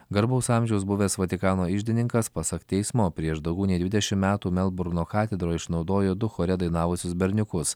garbaus amžiaus buvęs vatikano iždininkas pasak teismo prieš daugiau nei dvidešimt metų melburno katedroj išnaudojo du chore dainavusios berniukus